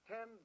Ten